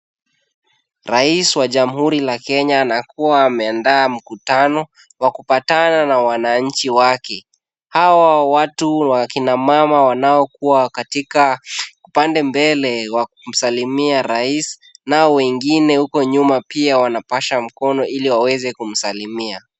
Rais wa jamhuri la Kenya anakuwa ameandaa mkutano wa kupatana na wananchi wake. Hawa watu akina mama wanaokuwa katika pale mbele wa kumsalimia rais, nao wengine huko nyuma pia wanapasha mkono ili waweze kumsalimia.